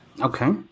Okay